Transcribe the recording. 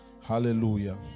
Hallelujah